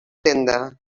tenda